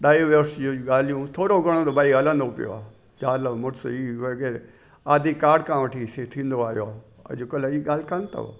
divorce जी ॻाल्हियूं थोरो घणो त भई हलंदो पियो आहे ज़ालि मुड़्सु इहा उहो वग़ैरह आधिकाड़ खां वठी से थींदो आहियो आहे अॼुकल्ह जी ॻाल्हि कोन अथव